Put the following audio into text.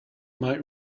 might